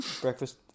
Breakfast